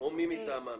מי מטעמם.